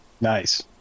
Nice